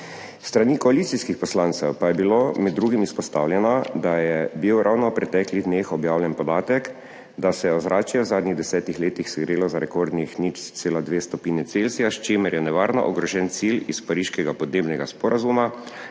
strani koalicijskih poslancev pa je bilo med drugim izpostavljeno, da je bil ravno v preteklih dneh objavljen podatek, da se je ozračje v zadnjih 10 letih segrelo za rekordnih 0,2 stopinji Celzija, s čimer je nevarno ogrožen cilj iz pariškega podnebnega sporazuma,